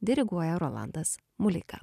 diriguoja rolandas muleika